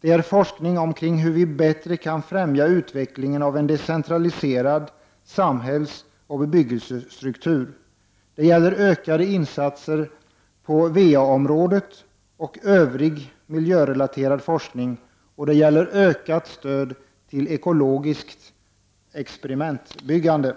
Det är forskning om hur utvecklingen av en decentraliserad samhällsoch bebyggelsestruktur bättre kan främjas, det gäller ökade insatser på VA-området och övrig miljörelaterad forskning och det gäller ökat stöd till ekologiskt experimentbyggande.